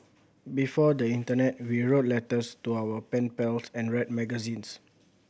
before the internet we wrote letters to our pen pals and read magazines